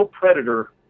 predator